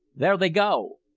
there they go!